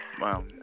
wow